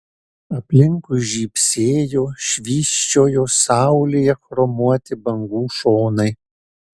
aplinkui žybsėjo švysčiojo saulėje chromuoti bangų šonai